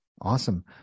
Awesome